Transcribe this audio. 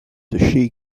the